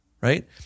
Right